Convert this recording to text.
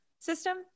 system